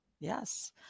yes